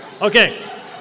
Okay